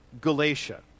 Galatia